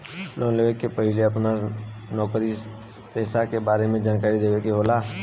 Loan लेवे से पहिले अपना नौकरी पेसा के बारे मे जानकारी देवे के होला?